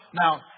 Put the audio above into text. Now